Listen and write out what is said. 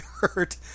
hurt